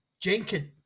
Jenkins